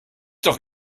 doch